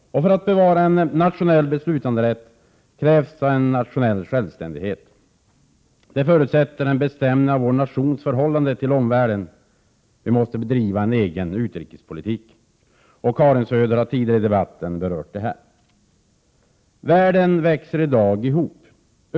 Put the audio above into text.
För att bevara en nationell beslutanderätt krävs också nationell självständighet. Detta förutsätter en bestämning av vår nations förhållande till omvärlden — vi måste bedriva en egen utrikespolitik. Karin Söder har tidigare i debatten berört detta. Världen växer i dag ihop.